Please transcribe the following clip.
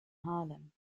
harlem